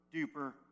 duper